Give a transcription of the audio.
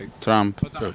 Trump